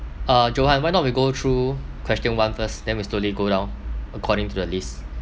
uh johann why not we go through question one first then we slowly go down according to the list